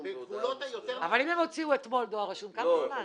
--- אבל הם הוציאו אתמול דואר רשום כמה זמן?